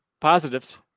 positives